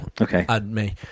Okay